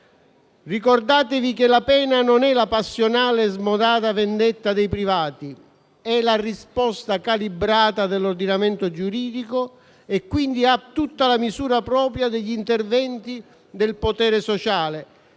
«Ricordatevi che la pena non è la passionale smodata vendetta dei privati: è la risposta calibrata dell'ordinamento giuridico e, quindi, ha tutta la misura propria degli interventi del potere sociale,